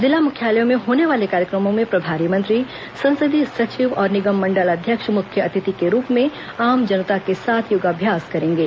जिला मुख्यालयों में होने वाले कार्यक्रमों में प्रभारी मंत्री संसदीय सचिव और निगम मंडल अध्यक्ष मुख्य अतिथि के रूप में आम जनता के साथ योगाभ्यास करेंगे